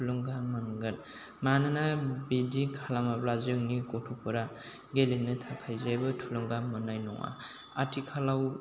थुलुंगा मोनगोन मानोना बिदि खालामाब्ला जोंनि गथ'फोरा गेलेनो थाखाय जेबो थुलुंगा मोननाय नङा आथिखालाव